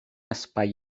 espai